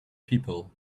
people